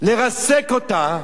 לרסק אותה,